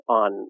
on